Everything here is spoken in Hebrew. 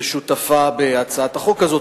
ששותפה בהצעת החוק הזאת.